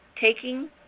taking